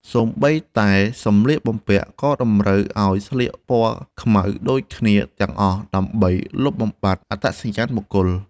សូម្បីតែសម្លៀកបំពាក់ ក៏តម្រូវឱ្យស្លៀកពណ៌ខ្មៅដូចគ្នាទាំងអស់ ដើម្បីលុបបំបាត់អត្តសញ្ញាណបុគ្គល។